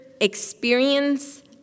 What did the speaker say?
experience